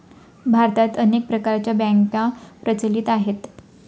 भारतात अनेक प्रकारच्या बँका प्रचलित आहेत